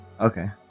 Okay